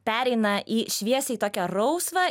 pereina į šviesiai tokią rausvą